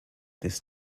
this